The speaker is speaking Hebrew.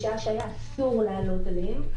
בשעה שהיה אסור לעלות עליהן,